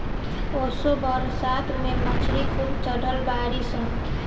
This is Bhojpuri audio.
असो बरसात में मछरी खूब चढ़ल बाड़ी सन